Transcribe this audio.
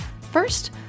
First